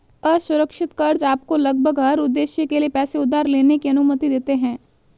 असुरक्षित कर्ज़ आपको लगभग हर उद्देश्य के लिए पैसे उधार लेने की अनुमति देते हैं